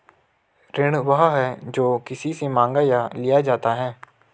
ऋण वह है, जो किसी से माँगा या लिया जाता है